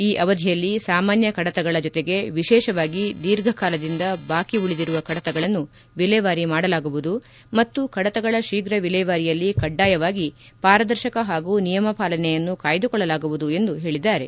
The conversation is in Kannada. ಈ ಅವಧಿಯಲ್ಲಿ ಸಾಮಾನ್ಯ ಕಡತಗಳ ಜೊತೆಗೆ ವಿಶೇಷವಾಗಿ ಧೀರ್ಘಕಾಲದಿಂದ ಬಾಕಿ ಉಳಿದಿರುವ ಕಡತಗಳನ್ನು ವಿಲೇವಾರಿ ಮಾಡಲಾಗುವುದು ಮತ್ತು ಕಡತಗಳ ಶೀಘ್ರ ವಿಲೇವಾರಿಯಲ್ಲಿ ಕಡ್ಡಾಯವಾಗಿ ಪಾರದರ್ಶಕ ಹಾಗೂ ನಿಯಮ ಪಾಲನೆಯನ್ನು ಕಾಯ್ದುಕೊಳ್ಳಲಾಗುವುದು ಎಂದು ಹೇಳಿದ್ದಾರೆ